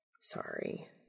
Sorry